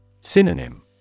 Synonym